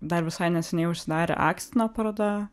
dar visai neseniai užsidarė akstino paroda